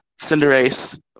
Cinderace